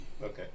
Okay